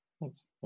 Thanks